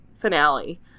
finale